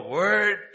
word